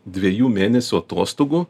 dviejų mėnesių atostogų